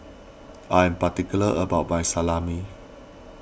I am particular about my Salami